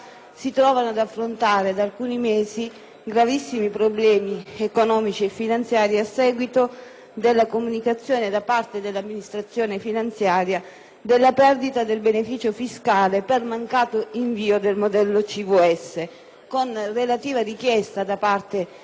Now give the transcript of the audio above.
si trovano ad affrontare da alcuni mesi gravissimi problemi economici e finanziari a seguito della comunicazione da parte dell'amministrazione finanziaria della perdita del beneficio fiscale per mancato invio del modello CVS, con relativa richiesta da parte